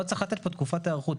צריך לתת פה תקופת היערכות,